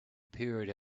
appeared